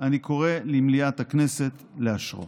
אני קורא למליאת הכנסת לאשרו.